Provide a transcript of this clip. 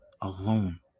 alone